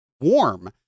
warm